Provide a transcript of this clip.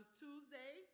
tuesday